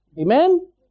Amen